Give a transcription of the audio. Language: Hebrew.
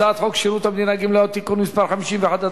הצעת חוק שירות המדינה (גמלאות) (תיקון מס' 51),